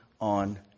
on